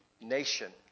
nation